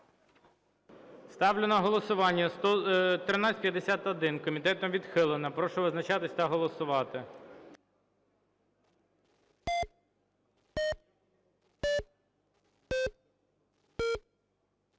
Ставлю на голосування 1515. Комітетом відхилено. Прошу визначатися та голосувати.